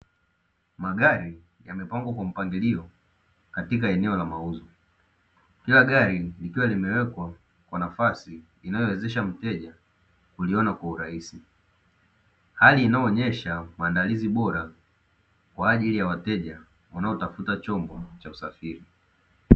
Magari yamepangwa kwa mpangilio katika eneo la mauzo, kila gari likiwa limewekwa kwa nafasi inayowezesha mteja kuliona kwa urahisi, hali inayoonyesha maandalizi bora kwa ajili ya wateja wanaotafuta chombo cha usafiri.